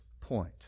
point